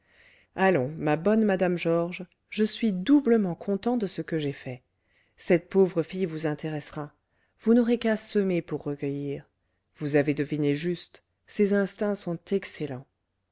allons ma bonne madame georges je suis doublement content de ce que j'ai fait cette pauvre fille vous intéressera vous n'aurez qu'à semer pour recueillir vous avez deviné juste ses instincts sont excellents